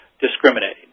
discriminating